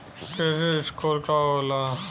Credit score का होला?